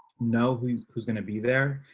know who who's going to be there.